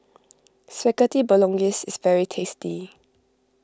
Spaghetti Bolognese is very tasty